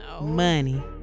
Money